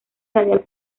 radial